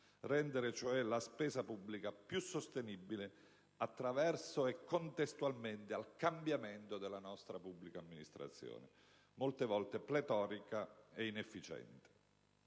rendere cioè la spesa pubblica maggiormente sostenibile, attraverso il, e contestualmente al, cambiamento della nostra pubblica amministrazione, molte volte pletorica ed inefficiente.